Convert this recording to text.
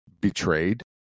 betrayed